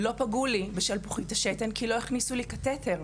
לא פגעו לי בשלפוחית השתן כי לא הכניסו לי קטטר.